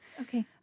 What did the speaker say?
Okay